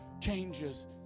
changes